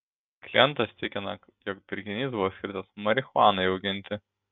klientas tikina jog pirkinys buvo skirtas marihuanai auginti